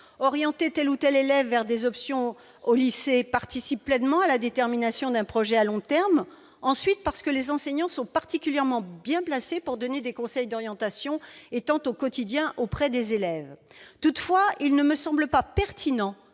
Orienter tel ou tel élève vers des options au lycée participe pleinement à la détermination d'un projet à long terme. Ensuite, les enseignants sont particulièrement bien placés pour donner des conseils d'orientation, étant au quotidien auprès des élèves. Toutefois, il ne me semble pas pertinent